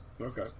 Okay